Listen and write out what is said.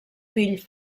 fill